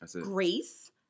grace